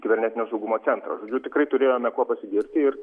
kibernetinio saugumo centrą žodžiu tikrai turėjome kuo pasigirti ir